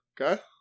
okay